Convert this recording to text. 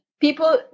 people